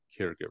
caregiver